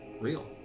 real